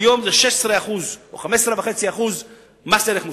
והיום זה 16% או 15.5% מס ערך מוסף.